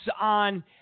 on